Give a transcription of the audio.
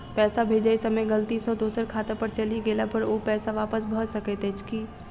पैसा भेजय समय गलती सँ दोसर खाता पर चलि गेला पर ओ पैसा वापस भऽ सकैत अछि की?